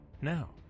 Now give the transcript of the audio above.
Now